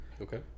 Okay